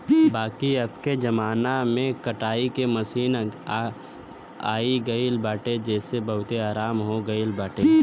बाकी अबके जमाना में कटाई के मशीन आई गईल बाटे जेसे बहुते आराम हो गईल बाटे